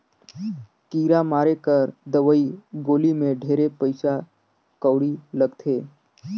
कीरा मारे कर दवई गोली मे ढेरे पइसा कउड़ी लगथे